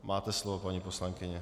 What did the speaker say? Máte slovo, paní poslankyně.